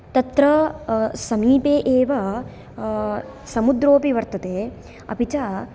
तत्र समीपे एव समुद्रोऽपि वर्तते अपि च